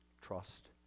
trust